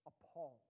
appalled